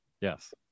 Yes